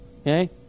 Okay